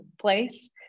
place